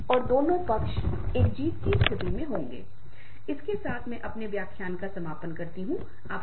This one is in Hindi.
और इनसे गुजरने के लिए मैं आपको कुछ सामग्रियों को को दूँगा